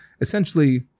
essentially